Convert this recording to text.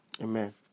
Amen